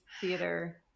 theater